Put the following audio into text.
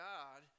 God